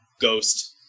Ghost